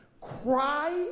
cry